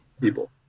people